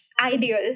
ideal